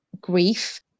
grief